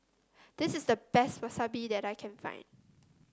this is the best Wasabi that I can find